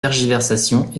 tergiversations